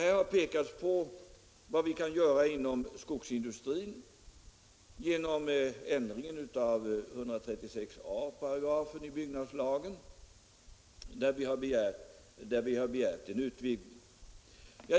Här har pekats på vad vi kan göra inom skogsindustrin genom ändringen av 136 a § i byggnadslagen, där vi har begärt en utvidgning.